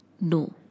No